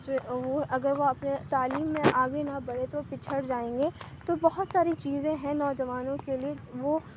جو وہ اگر وہ تعلیم میں آگے نہ بڑھے تو پچھڑ جائیں گے تو بہت ساری چیزیں ہیں نوجوان کے لیے وہ